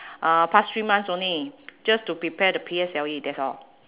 uh past three months only just to prepare the P_S_L_E that's all